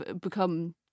become